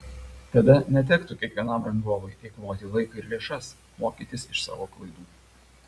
tada netektų kiekvienam rangovui eikvoti laiką ir lėšas mokytis iš savo klaidų